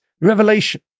revelation